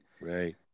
Right